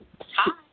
Hi